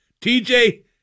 TJ